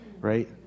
right